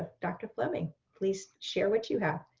dr. flemming please share what you have.